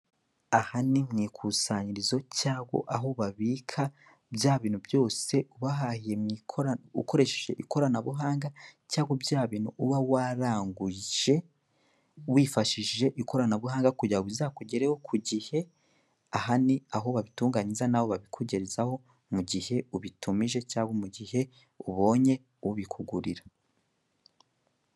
Aha ni mu ikusanyirizo cyangwa aho babika bya bintu byose wahahiye ukoresheje ikoranabuhanga cyangwa bya bintu uba waranguje wifashishije ikoranabuhanga kugira ngo bizakugereho ku gihe, aha ni aho babitunganyiriza n'aho babikugerezaho mu gihe ubitumije cyangwa mu gihe ubonye ubikugurira.